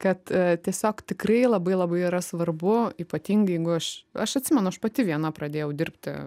kad tiesiog tikrai labai labai yra svarbu ypatingai jeigu aš aš atsimenu aš pati viena pradėjau dirbti